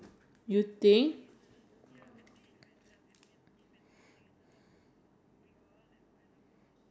okay how could an everyday object be used if it were a lot bigger or a lot smaller